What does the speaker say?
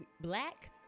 Black